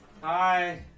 Hi